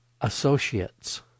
associates